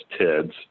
TIDs